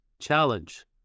challenge